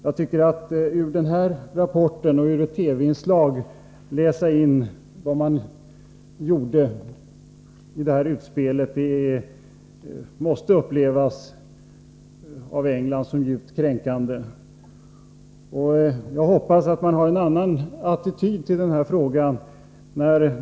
Jag tycker att det av England måste upplevas som djupt kränkande att man på grundval av den här rapporten och på grundval av ett TV-inslag drar de slutsatser man drog vid det utspel som skedde.